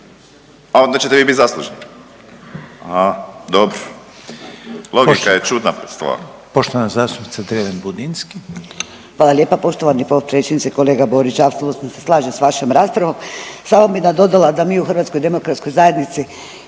a onda ćete vi biti zaslužni, aha dobro. Logika je čudna